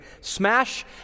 Smash